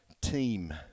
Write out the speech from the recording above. team